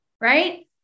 right